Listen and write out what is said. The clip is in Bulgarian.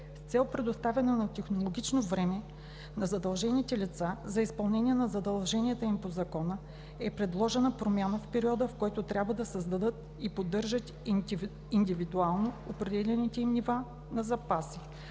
цел предоставяне на технологично време на задължените лица за изпълнение на задълженията им по Закона, е предложена промяна в периода, в който трябва да създават и поддържат индивидуално определените им нива на запаси.